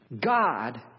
God